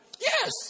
Yes